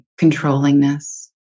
controllingness